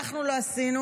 אנחנו לא עשינו,